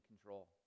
control